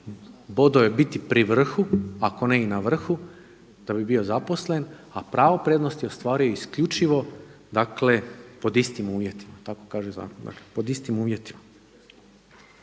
bodove, biti pri vrhu, ako ne i na vrhu da bi bio zaposlen, a pravo prednosti ostvaruje dakle pod istim uvjetima tako kaže zakon, dakle pod istim uvjetima.